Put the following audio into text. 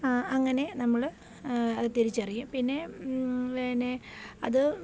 അങ്ങനെ നമ്മൾ തിരിച്ചറിയും പിന്നെ പിന്നെ അത്